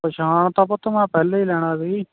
ਪਛਾਣ ਤਾਂ ਪੁੱਤ ਮੈਂ ਪਹਿਲਾਂ ਹੀ ਲੈਣਾ ਸੀ